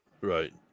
right